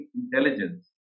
intelligence